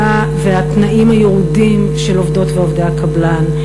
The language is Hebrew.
והתנאים הירודים של עובדות ועובדי הקבלן,